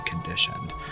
conditioned